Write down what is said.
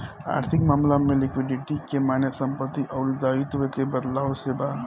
आर्थिक मामला में लिक्विडिटी के माने संपत्ति अउर दाईत्व के बदलाव से बा